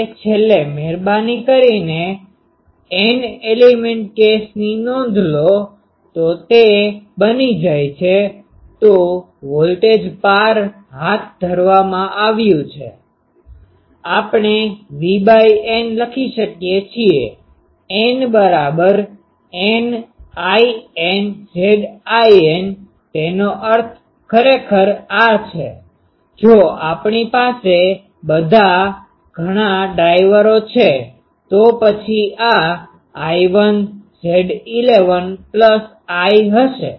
હવે છેલ્લે મહેરબાની કરીને n એલિમેન્ટ કેસની નોંધ લો તે તે બની જાય છે તો વોલ્ટેજ પાર હાથ ધરવામાં આવ્યું છે આપણે VN લખી શકીએ છીએ N બરાબર N Iln Zin તેનો અર્થ ખરેખર આ છે જો આપણી પાસે ઘણા બધા ડ્રાઇવરો છે તો પછી આ I1 Z11 I2 Z12 I3 Z13 હશે